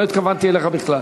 לא התכוונתי אליך בכלל.